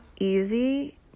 easy